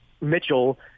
Mitchell